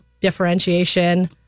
differentiation